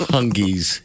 Hungies